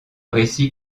récit